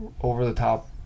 over-the-top